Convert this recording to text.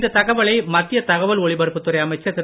இத்தகவலை மத்திய தகவல் ஒளிபரப்புத்துறை அமைச்சர் திரு